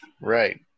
Right